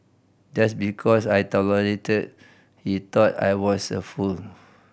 just because I tolerated he thought I was a fool